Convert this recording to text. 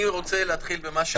אני בטוח שגם חברי,